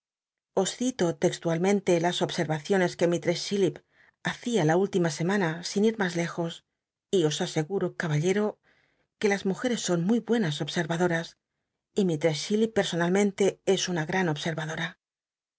os cito textualmente las obscn acionc que mistress chillip hacia la semana última sin ir mas lejos y os aseguro caballero que las mujcres son muy buenas obsel'vadoras y mistrcss chillip persona mente es una gran observadora